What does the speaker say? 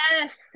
Yes